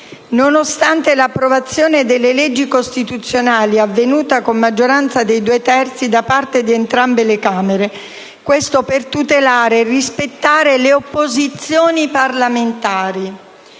nonostante l'approvazione delle leggi costituzionali avvenuta con maggioranza dei due terzi da parte di entrambe le Camere. Questo, per tutelare e rispettare le opposizioni parlamentari.